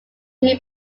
until